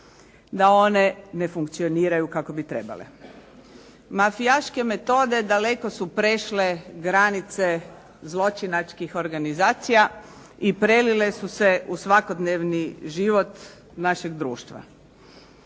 da one ne funkcioniraju kako bi trebale. Mafijaške metode daleko su prešle granice zločinačkih organizacija i prelile su se u svakodnevni život našeg društva.